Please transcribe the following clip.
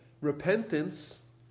Repentance